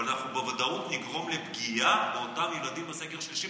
אבל אנחנו בוודאות נגרום לפגיעה באותם ילדים בסגר השלישי,